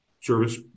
service